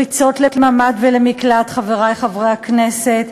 ריצות לממ"ד ולמקלט, חברי חברי הכנסת,